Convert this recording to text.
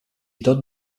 tot